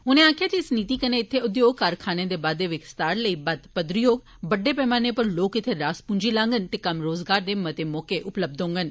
उन्ने आक्खेया जे इस नीति कन्नै इत्थै उदयोगै कारखानें दे बाद्दे विस्तार लेई बत्त पदरी होग बड्डे पैमाने पर लोक इत्थें रास पूंजी लागंन ते कम्म रोजगार दे मते मौके उपलब्ध होगंन